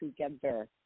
together